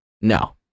No